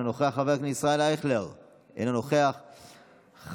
אינו נוכח,